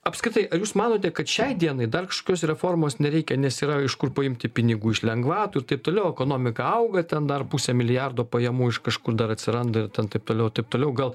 apskritai ar jūs manote kad šiai dienai dar kažkokios reformos nereikia nes yra iš kur paimti pinigų iš lengvatų ir taip toliau ekonomika auga ten dar pusę milijardo pajamų iš kažkur dar atsiranda ir ten taip toliau ir taip toliau gal